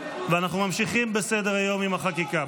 ואנחנו ממשיכים בסדר-היום עם החקיקה,